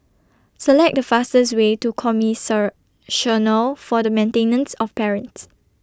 Select The fastest Way to For The Maintenance of Parents